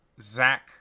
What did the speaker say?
zach